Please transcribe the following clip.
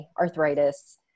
arthritis